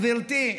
גברתי,